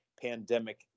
pandemic